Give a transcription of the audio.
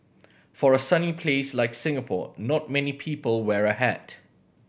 for a sunny place like Singapore not many people wear a hat